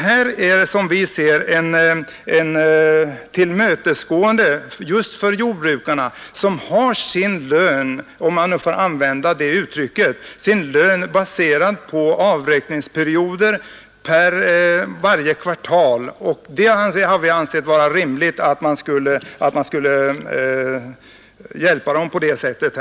Förslaget innebär som vi ser det ett tillmötesgående just med hänsyn till jordbrukarna, som har sin lön — om jag får vända det uttrycket — baserad på avräkningsperioder varje kvartal. Vi har ansett det rimligt att gå dem till mötes på detta sätt.